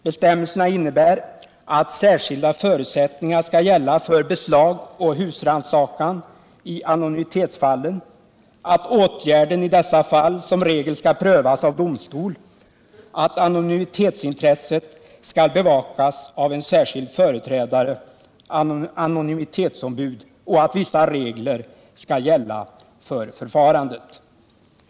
Bestämmelserna innebär att särskilda förutsättningar skall gälla för beslag och husrannsakan i anonymitetsfallen, att åtgärder i dessa fall som regel skall prövas av domstol, att anonymitetsintresset skall bevakas av en särskild företrädare — ett anonymitetsombud — och att vissa regler skall gälla för förfarandet.